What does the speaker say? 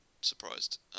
surprised